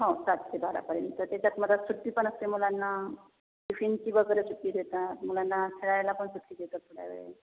हो सात ते बारापर्यंत त्याच्यात मधात सुट्टी पण असते मुलांना टिफिनची वगैरे सुट्टी देतात मुलांना खेळायला पण सुट्टी देतात थोडावेळ